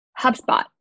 HubSpot